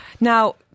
Now